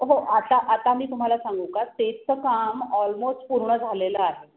हो आता आता मी तुम्हाला सांगू का स्टेजचं काम ऑलमोस्ट पूर्ण झालेलं आहे